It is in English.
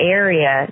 area